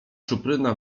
czupryna